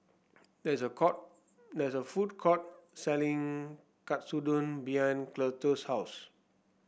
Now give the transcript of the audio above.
there is a court there is a food court selling Katsudon behind Cletus' house